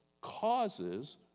causes